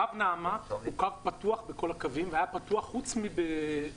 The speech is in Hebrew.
קו נעמ"ת הוא קו פתוח בכל הקווים והוא היה פתוח חוץ מאשר